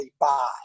buy